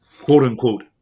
quote-unquote